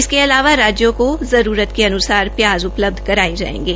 इसके अलावा राज्यों को अवश्यक्तानुसार प्याज उपलब्ध कराये जायेंगे